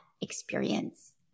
experience